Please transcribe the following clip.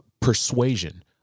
persuasion